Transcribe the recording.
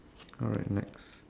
alright next